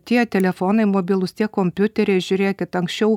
tie telefonai mobilūs tie kompiuteriai žiūrėkit anksčiau